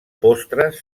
postres